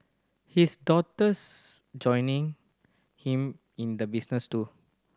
his daughter's joining him in the business too